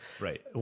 Right